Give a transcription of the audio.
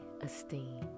esteem